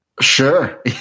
Sure